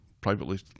Privately